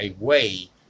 away